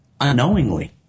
unknowingly